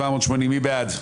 בעד,